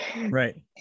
Right